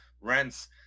rents